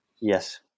Yes